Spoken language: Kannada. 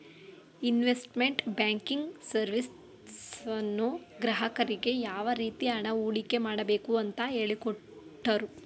ಇನ್ವೆಸ್ಟ್ಮೆಂಟ್ ಬ್ಯಾಂಕಿಂಗ್ ಸರ್ವಿಸ್ನವರು ಗ್ರಾಹಕರಿಗೆ ಯಾವ ರೀತಿ ಹಣ ಹೂಡಿಕೆ ಮಾಡಬೇಕು ಅಂತ ಹೇಳಿಕೊಟ್ಟರು